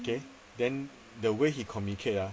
okay then the way he communicate ah